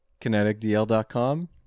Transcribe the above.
KineticDL.com